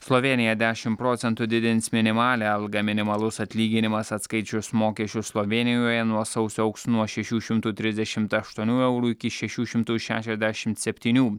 slovėnija dešim procentų didins minimalią algą minimalus atlyginimas atskaičius mokesčius slovėnijoje nuo sausio augs nuo šešių šimtų trisdešimt aštuonių eurų iki šešių šimtų šešiasdešimt septynių